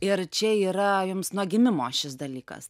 ir čia yra jums nuo gimimo šis dalykas